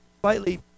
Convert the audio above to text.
slightly